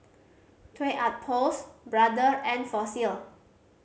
Toy Outpost Brother and Fossil